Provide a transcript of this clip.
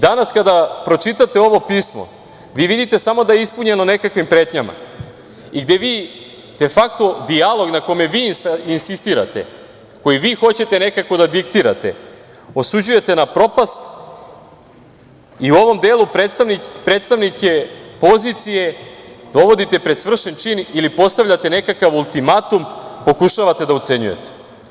Danas kada pročitate ovo pismo, vi vidite samo da je ispunjeno nekakvim pretnjama, gde vi de fakto dijalog na kome vi insistirate, koji vi hoćete nekako da diktirate, osuđujete na propast i u ovom delu predstavnike pozicije dovodite pred svršen čin ili postavljate nekakav ultimatum, pokušavate da ucenjujete.